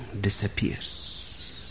disappears